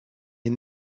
est